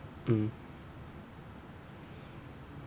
mm